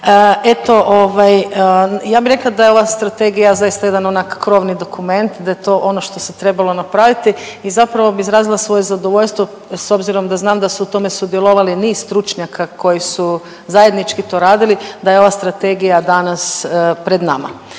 Eto ja bi rekla da je ova strategija zaista jedan onak krovni dokument, da je to ono što se trebalo napraviti i zapravo bi izrazila svoje zadovoljstvo s obzirom da znam da su u tome sudjelovali niz stručnjaka koji su zajednički to radili da je ova strategija danas pred nama.